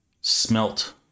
smelt